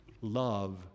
Love